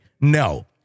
No